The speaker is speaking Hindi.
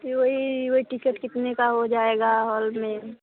की वही वही टिकट कितने का हो जाएगा हॉल में